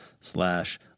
slash